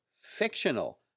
fictional